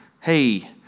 Hey